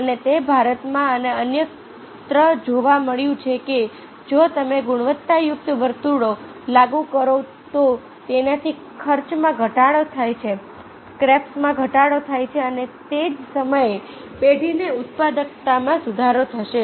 અને તે ભારતમાં અને અન્યત્ર જોવા મળ્યું છે કે જો તમે ગુણવત્તાયુક્ત વર્તુળો લાગુ કરો તો તેનાથી ખર્ચમાં ઘટાડો થયો છે સ્ક્રેપ્સમાં ઘટાડો થયો છે અને તે જ સમયે પેઢીની ઉત્પાદકતામાં સુધારો થયો છે